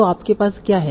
तो आपके पास क्या है